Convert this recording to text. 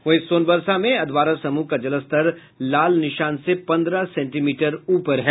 वहीं सोनबरसा में अधवारा समूह का जलस्तर लाल निशान से पन्द्रह सेंटीमीटर ऊपर है